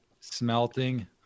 Smelting